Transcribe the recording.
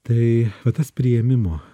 tai va tas priėmimo